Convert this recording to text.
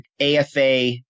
AFA